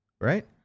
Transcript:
Right